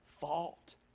fault